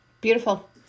Beautiful